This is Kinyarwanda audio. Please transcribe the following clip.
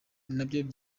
umupira